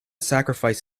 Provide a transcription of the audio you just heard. sacrifice